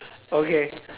okay